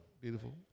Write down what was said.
Beautiful